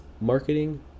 marketing